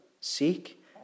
Seek